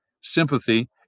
sympathy